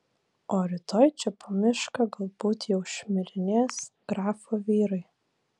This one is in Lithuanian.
o rytoj čia po mišką galbūt jau šmirinės grafo vyrai